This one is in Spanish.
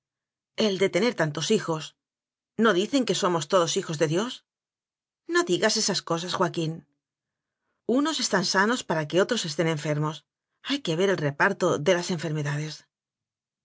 el de tener tantos hijos no dicen que somos todos hijos de dios no digas esas cosas joaquín unps están sanos para que otros estén enfermos hay que ver el reparto de las